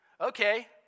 okay